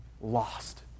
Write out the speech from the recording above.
lost